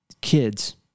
kids